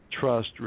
trust